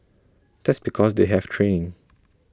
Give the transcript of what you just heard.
that's because they have training